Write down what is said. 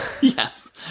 Yes